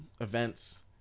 events